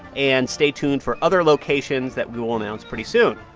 and stay tuned for other locations that we will announce pretty soon.